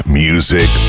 music